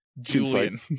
Julian